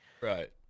Right